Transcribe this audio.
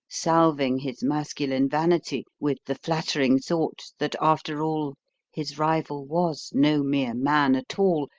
salving his masculine vanity with the flattering thought that after all his rival was no mere man at all,